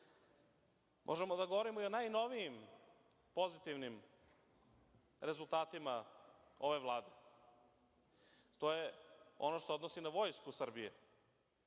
pre. Možemo da govorimo i o najnovijim pozitivnim rezultatima ove Vlade. To je ono što se odnosi na Vojsku Srbije